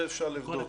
זה אפשר לבדוק,